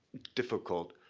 difficult